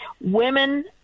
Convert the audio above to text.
women